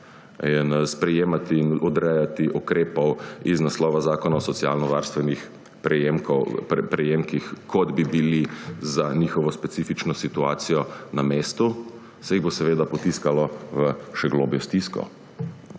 in sprejemati in odrejati ukrepov iz naslova Zakona o socialno varstvenih prejemkih, kot bi bili za njihovo specifično situacijo na mestu, se jih bo seveda potiskalo v še globljo stisko,